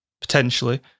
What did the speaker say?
potentially